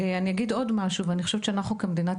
אני אגיד עוד משהו: אני חושבת שאנחנו כמדינת